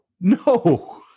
No